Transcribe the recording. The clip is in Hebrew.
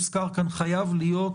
חייב להיות